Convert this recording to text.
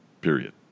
period